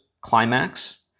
climax